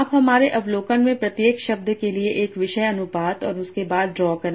आप हमारे अवलोकन में प्रत्येक शब्द के लिए एक विषय अनुपात और उसके बाद ड्रा करें